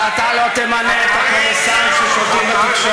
אני לא מתכוון להתפלמס אתך על הפרשנות למורשתו של ז'בוטינסקי,